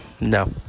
No